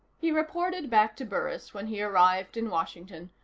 he reported back to burris when he arrived in washington,